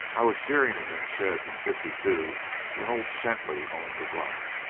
i was shearing in them sheds in fifty two when old shenty owned the run.